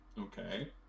Okay